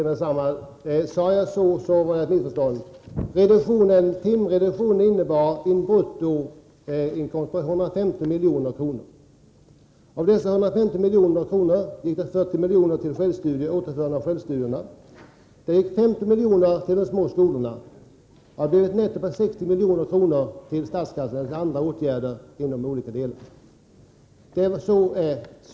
Herr talman! Om man uppfattade det jag sade så, var det ett missförstånd. Timreduktionen innebar en bruttobesparing på 115 miljoner. Av dessa 115 miljoner gick 40 miljoner till borttagandet av självstudierna. 15 miljoner gick till de små skolorna. Det blev en nettobesparing på 60 miljoner som gick till statskassan för andra åtgärder. Så är det riktiga sakläget.